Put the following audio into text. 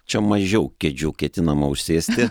čia mažiau kėdžių ketinama užsėsti